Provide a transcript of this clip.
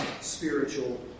spiritual